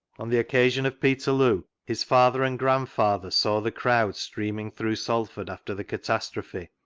on the occasion of peterioo his father and grandfather saw the crowd streamii through salford after the catastrophe,